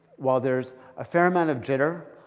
while there's a fair amount of jitter,